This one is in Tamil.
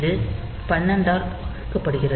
இது 12 ஆல் வகுக்கப்படுகிறது